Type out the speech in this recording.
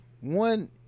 one